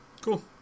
Cool